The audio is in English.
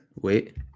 Wait